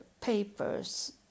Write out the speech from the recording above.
papers